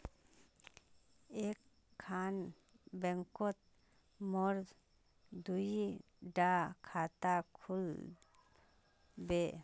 एक खान बैंकोत मोर दुई डा खाता खुल बे?